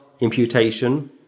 imputation